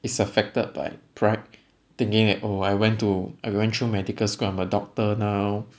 is affected by pride thinking that oh I went to I went through medical school I'm a doctor now